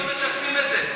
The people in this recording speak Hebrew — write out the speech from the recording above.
המנדטים לא משקפים את זה.